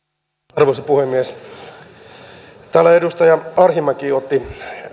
arvoisa puhemies täällä edustaja arhinmäki otti